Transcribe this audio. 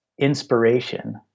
inspiration